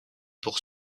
pour